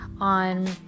on